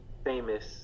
Famous